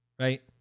Right